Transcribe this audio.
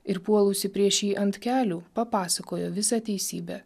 ir puolusi prieš jį ant kelių papasakojo visą teisybę